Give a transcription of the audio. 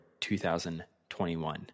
2021